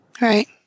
right